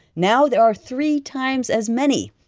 now there are three times as many.